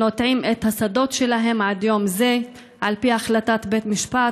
שנוטעים את השדות שלהם עד יום זה על פי החלטת בית משפט